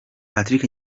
patrick